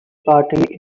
party